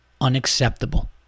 unacceptable